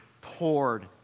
poured